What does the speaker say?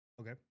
okay